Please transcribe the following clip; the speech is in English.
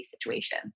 situation